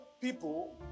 people